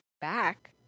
back